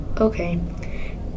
okay